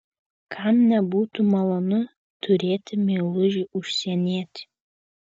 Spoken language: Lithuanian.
kam nebūtų malonu turėti meilužį užsienietį